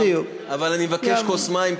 אבל אני אבקש כוס מים,